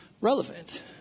relevant